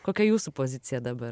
kokia jūsų pozicija dabar